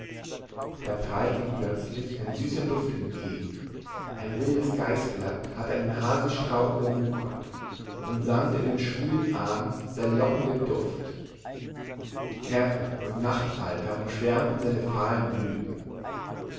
da prallte ihm plötzlich ein süßer duft entgegen ein wildes gaisblatt hatte einen haselstrauch überwuchert und sandte in den schwülen abend seinen lockenden duft käfer und nachtfalter umschwärmten seine fahlen blüten